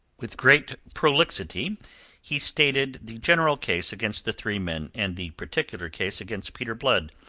with great prolixity he stated the general case against the three men, and the particular case against peter blood,